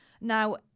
Now